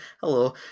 Hello